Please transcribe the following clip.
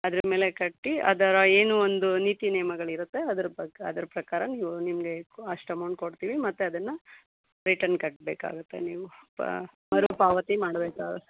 ಅದರ ಮೇಲೆ ಕಟ್ಟಿ ಅದರ ಏನು ಒಂದು ನೀತಿ ನಿಯಮಗಳಿರುತ್ತೆ ಅದ್ರ ಬಗೆ ಅದ್ರ ಪ್ರಕಾರ ನೀವು ನಿಮಗೆ ಅಷ್ಟು ಅಮೌಂಟ್ ಕೊಡ್ತೀವಿ ಮತ್ತು ಅದನ್ನು ರಿಟರ್ನ್ ಕಟ್ಟಬೇಕಾಗುತ್ತೆ ನೀವು ಮರುಪಾವತಿ ಮಾಡಬೇಕಾಗುತ್ತೆ